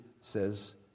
says